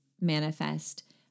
manifest